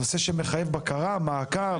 זה נושא שמחייב בקרה, מעקב.